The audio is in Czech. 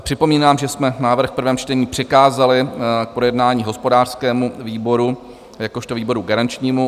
Připomínám, že jsme návrh v prvém čtení přikázali k projednání hospodářskému výboru jakožto výboru garančnímu.